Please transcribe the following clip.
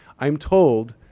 i'm told,